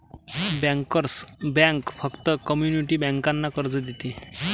bankers bank फक्त community बँकांना कर्ज देते